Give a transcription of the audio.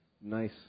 nice